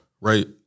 right